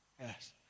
Yes